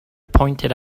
pointed